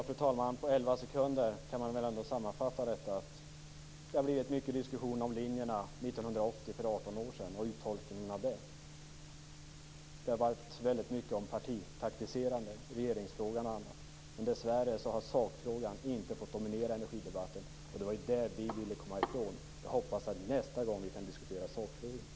Fru talman! På elva sekunder kan man göra en sammanfattning. Det har blivit mycket diskussion om linjerna 1980, för 18 år sedan, och uttolkningen av det. Det har varit mycket tal om partitaktik i regeringsfrågan och annat. Men dessvärre har sakfrågan inte fått dominera energidebatten. Det var detta som vi ville komma ifrån. Jag hoppas att vi nästa gång kan diskutera sakfrågan.